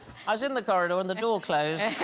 i was in the corridor and the door closed